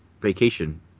vacation